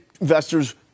investors